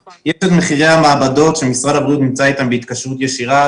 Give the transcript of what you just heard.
יש את מחירי המעבדות שמשרד הבריאות נמצא אתן בהתקשרות ישירה,